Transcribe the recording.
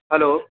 hello